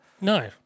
No